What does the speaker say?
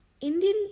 Indian